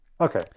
okay